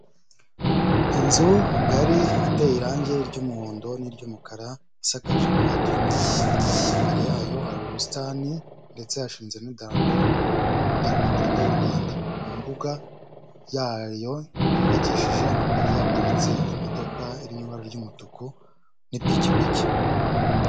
Inzu ngari iteye irangi ry'umuhondo n'iry'umukara isakaje amabati y'umutuku, imbere yayo hari ubusitani ndetse hashinzemo idarapo ya repubulika y'u Rwanda. Mu mbuga yayo yubakishije amapave haparitse imodoka iririmo ibara ry'umutuku n'ipikipiki.